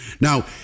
Now